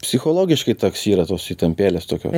psichologiškai toks yra tos įtampėlės tokio